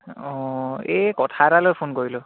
অঁ এই কথা এটা লৈ ফোন কৰিলোঁ